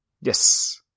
yes